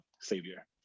savior